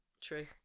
true